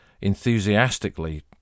enthusiastically